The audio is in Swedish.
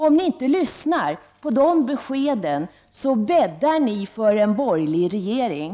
Om ni inte lyssnar på beskeden här vidlag bäddar ni för en borgerlig regering.